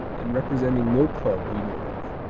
and representing no club we know of.